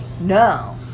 No